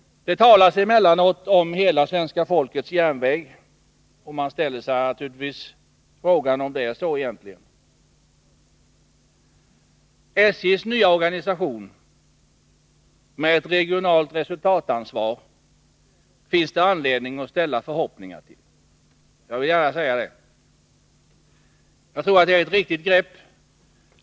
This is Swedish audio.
Det talas emellanåt om att SJ är hela svenska folkets järnväg, och man ställer sig naturligtvis frågan om det egentligen är så. SJ:s nya organisation, med ett regionalt resultatansvar, finns det anledning att ställa förhoppningar till. Jag tror att det är ett riktigt grepp.